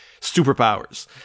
superpowers